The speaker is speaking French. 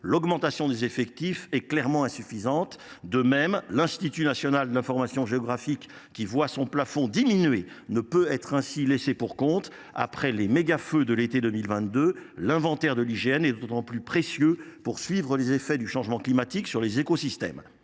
l’augmentation des effectifs est clairement insuffisante. De même, l’Institut national de l’information géographique et forestière, qui voit son plafond diminuer, ne peut être ainsi laissé pour compte. Les mégafeux de l’été 2022 ont montré combien l’inventaire de l’IGN était précieux pour suivre les effets du changement climatique sur les écosystèmes.